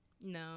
No